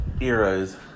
era's